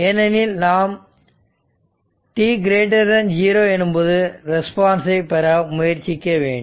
ஏனெனில் நாம் t 0 எனும்போது ரெஸ்பான்ஸை பெற முயற்சிக்க வேண்டும்